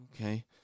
Okay